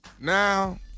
Now